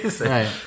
Right